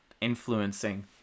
influencing